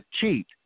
cheat